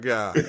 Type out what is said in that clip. God